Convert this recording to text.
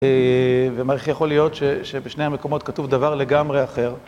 ואומר איך יכול להיות שבשני המקומות כתוב דבר לגמרי אחר.